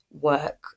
work